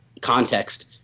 context